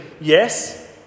yes